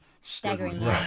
staggering